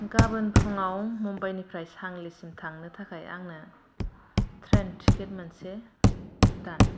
गाबोन फुंआव मुम्बाइ निफ्राय सांलिसिम थांनो थाखाय आंनो ट्रेन टिकेट मोनसे दान